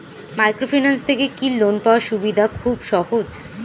Microfinance থেকে কি loan পাওয়ার সুবিধা খুব সহজ?